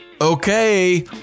Okay